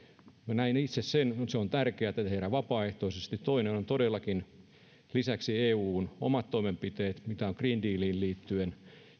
näen itse että se on tärkeätä tehdä vapaaehtoisesti toinen on todellakin eun omat toimenpiteet mitä on green dealiin liittyen